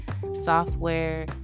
software